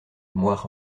moire